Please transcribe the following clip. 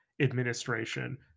administration